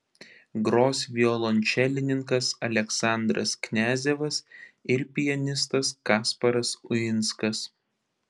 gros violončelininkas aleksandras kniazevas ir pianistas kasparas uinskas